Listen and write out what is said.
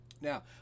Now